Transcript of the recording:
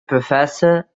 professor